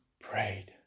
prayed